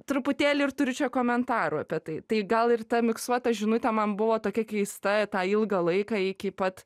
truputėlį ir turiu čia komentarų apie tai tai gal ir ta miksuota žinutė man buvo tokia keista tą ilgą laiką iki pat